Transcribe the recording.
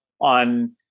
on